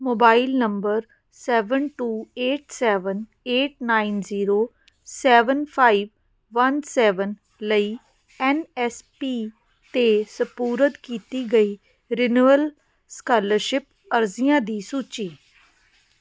mobile number seven two eight seven eight nine zero seven five one seven ਲਈ N S P 'ਤੇ ਸਪੁਰਦ ਕੀਤੀ ਗਈ renewal scholarship ਅਰਜ਼ੀਆਂ ਦੀ ਸੂਚੀ